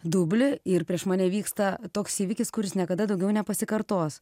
dublį ir prieš mane vyksta toks įvykis kuris niekada daugiau nepasikartos